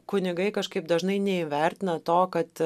kunigai kažkaip dažnai neįvertina to kad